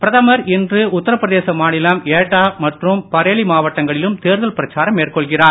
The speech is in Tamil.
பிரதமர் இன்று உத்தரப்பிரதேச மாநிலம் ஏட்டா மற்றும் பரேலி மாவட்டங்களிலும் தேர்தல் பிரச்சாரம் மேற்கொள்கிறார்